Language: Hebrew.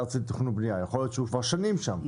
הארצית לתכנון ובנייה כבר שנים שם,